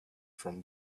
from